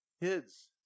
Kids